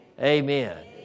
Amen